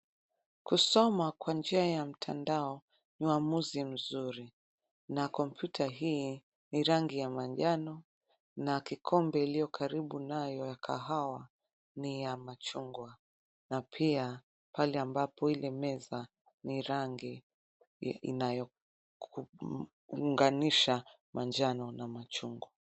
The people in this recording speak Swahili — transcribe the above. Kusoma kwa njia ya mtandao ni uamuzi mzuri na kompyuta hii ni rangi ya manjano na kikombe iliyo karibu nayo ya kahawa ni ya machungwa na pia pale ambapo ile meza ni rangi inayounganisha manjano na machungwa.